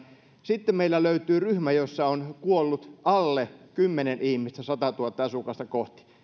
sitten meillä löytyy ryhmä jossa on kuollut alle kymmenen ihmistä satatuhatta asukasta kohti ja